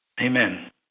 Amen